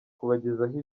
kubagezaho